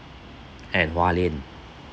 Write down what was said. and hualien